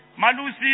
Malusi